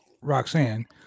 Roxanne